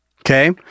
Okay